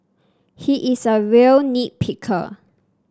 he is a real nit picker